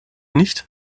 nicht